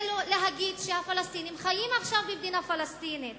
זה לא להגיד שהפלסטינים חיים עכשיו במדינה פלסטינית